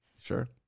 Sure